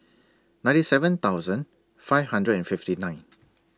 ninety seven thousand five hundred and fifty nine